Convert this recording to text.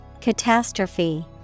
Catastrophe